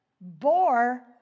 bore